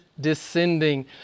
descending